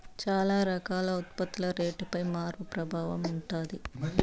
చాలా రకాల ఉత్పత్తుల రేటుపై మార్పు ప్రభావం ఉంటది